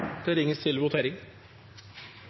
da er det